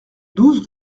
douze